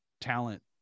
talent